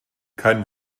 kein